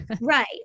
Right